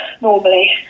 normally